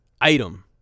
item